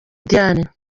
diane